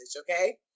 Okay